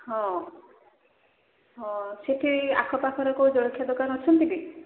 ହଁ ହଁ ସେଠି ଆଖ ପାଖରେ କୋଉ ଜଳଖିଆ ଦୋକାନ ଅଛନ୍ତି କି